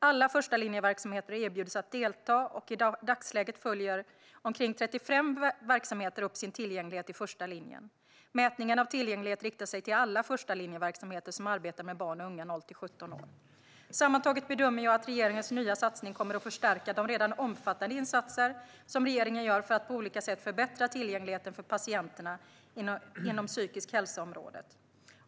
Alla förstalinjeverksamheter erbjuds att delta, och i dagsläget följer omkring 35 verksamheter upp sin tillgänglighet till första linjen. Mätningen av tillgänglighet riktar sig till alla förstalinjeverksamheter som arbetar med barn och unga, 0-17 år. Sammantaget bedömer jag att regeringens nya satsning kommer att förstärka de redan omfattande insatser som regeringen gör för att på olika sätt förbättra tillgängligheten för patienterna inom området psykisk hälsa.